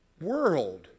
world